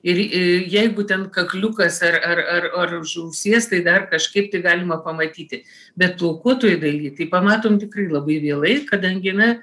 ir į jeigu ten kakliukas ar ar ar ar už ausies tai dar kažkaip galima pamatyti bet plaukuotoj daly tai pamatom tikrai labai vėlai kadangi na